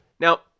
Now